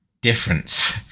difference